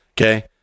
okay